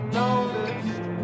noticed